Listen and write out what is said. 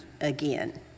again